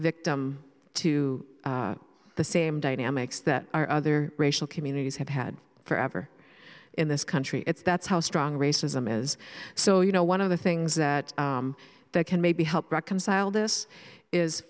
victim to the same dynamics that are other racial communities have had forever in this country it's that's how strong racism is so you know one of the things that they can maybe help reconcile this is